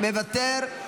מוותר,